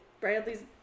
bradley's